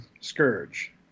Scourge